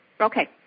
Okay